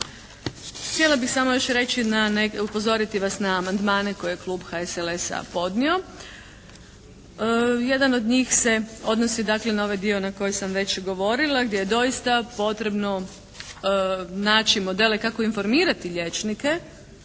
Htjela bih samo još reći, upozoriti vas na amandmane koje je Klub HSLS-a podnio. Jedan od njih se odnosi dakle na ovaj dio na koji sam već govorila gdje je doista potrebno naći modele kako informirati liječnike